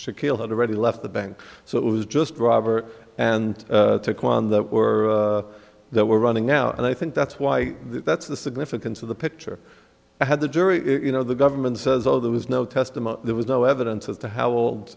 shaquille had already left the bank so it was just robert and take on that or that we're running out and i think that's why that's the significance of the picture i had the jury you know the government says oh there was no testimony there was no evidence as to how old